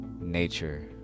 nature